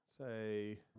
say